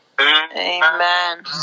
Amen